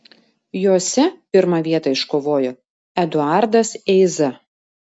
jose pirmą vietą iškovojo eduardas eiza